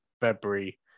February